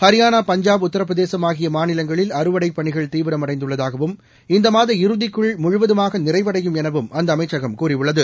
ஹரியானா பஞ்சாப் உத்தரப்பிரதேசம்ஆகியமாநிலங்களில்அறுவடைப்பணிகள்தீவிரமைடைந்துள்ளதா வும்இந்தமாதஇறுதிக்குள்முழுவதுமாகநிறைவடையும்எனவும்அந்தஅமைச்சகம்கூ றியுள்ளது